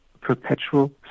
perpetual